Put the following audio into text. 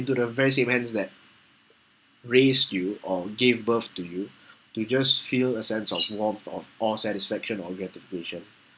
the very same hands that raised you or gave birth to you to just feel a sense of warmth of or satisfaction or get the fusion